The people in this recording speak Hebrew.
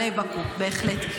עלי באקו, בהחלט.